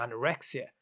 anorexia